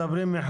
על